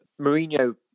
Mourinho